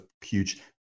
huge